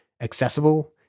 accessible